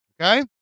Okay